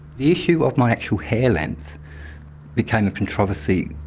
the issue of my actual hair length became a controversy